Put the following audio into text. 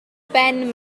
ben